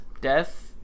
Death